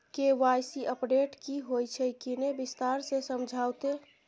KYC update की होय छै किन्ने विस्तार से समझाऊ ते?